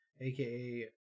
aka